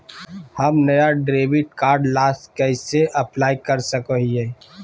हम नया debit card ला कइसे अप्लाई कर सको हियै?